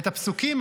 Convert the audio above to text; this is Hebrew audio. את הפסוקים.